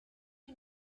you